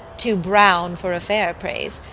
too brown for a fair praise,